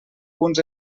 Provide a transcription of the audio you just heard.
punts